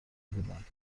بودند